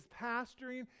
pastoring